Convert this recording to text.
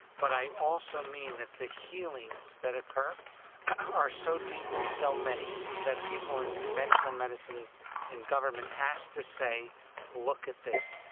but i also mean that the healings that occurred are so deep in so many that people in conventional medicine and government has to say look at this.